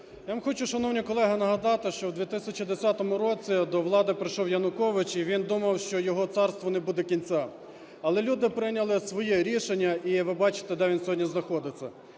Я вам хочу, шановні колеги, нагадати, що в 2010 році до влади прийшов Янукович, і він думав, що його царству не буде кінця. Але люди прийняли своє рішення - і ви бачите, де він сьогодні знаходиться.